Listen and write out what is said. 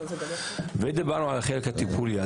דיברנו על החלק הטיפולי.